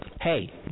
hey